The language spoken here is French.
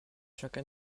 chacun